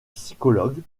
psychologue